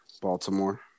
Baltimore